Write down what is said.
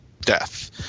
death